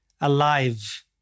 alive